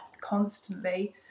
constantly